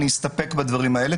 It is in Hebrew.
אני אסתפק בדברים האלה.